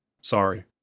sorry